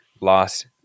loss